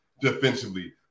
defensively